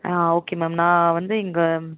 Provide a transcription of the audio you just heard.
ஆ okay ma'am நான் வந்து இங்கே